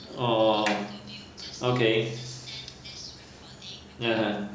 oo okay !huh! !huh!